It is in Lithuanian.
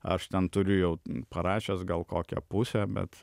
aš ten turiu jau parašęs gal kokią pusę bet